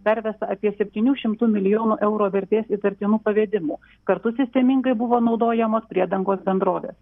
pervesta apie septynių šimtų milijonų eurų vertės įtartinų pavedimų kartu sistemingai buvo naudojamos priedangos bendrovės